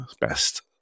best